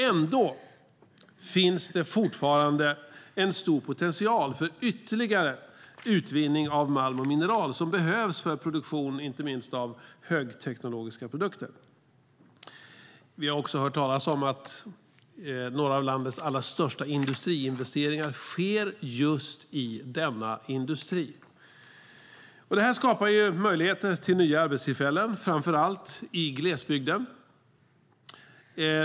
Ändå finns det fortfarande en stor potential för ytterligare utvinning av malm och mineral som behövs för produktion av inte minst högteknologiska produkter. Vi har också hört talas om att några av landets allra största industriinvesteringar sker just i denna industri. Detta skapar möjligheter till nya arbetstillfällen, framför allt i glesbygden.